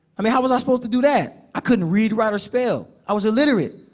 i mean, how was i supposed to do that? i couldn't read, write or spell. i was illiterate.